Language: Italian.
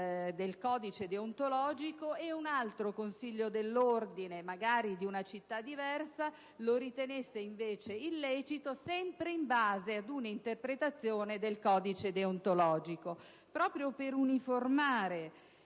del codice deontologico e un altro Consiglio dell'Ordine, magari di una città diversa, lo ritenesse invece illecito, sempre in base ad una interpretazione del codice deontologico. Proprio per uniformare,